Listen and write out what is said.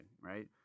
right